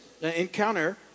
encounter